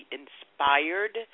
inspired